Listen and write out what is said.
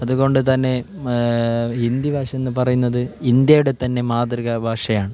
അതുകൊണ്ടു തന്നെ ഹിന്ദി ഭാഷ എന്ന് പറയുന്നത് ഇന്ത്യയുടെ തന്നെ മാതൃക ഭാഷയാണ്